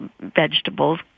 vegetables